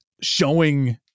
showing